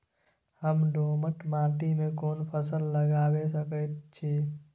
हम दोमट माटी में कोन फसल लगाबै सकेत छी?